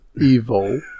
Evil